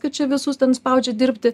kad čia visus ten spaudžia dirbti